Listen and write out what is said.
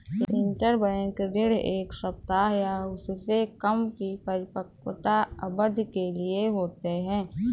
interbank ऋण एक सप्ताह या उससे कम की परिपक्वता अवधि के लिए होते हैं